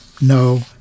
No